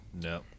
No